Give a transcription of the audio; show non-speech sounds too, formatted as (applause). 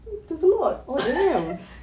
there's a lot (laughs)